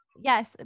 Yes